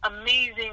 amazing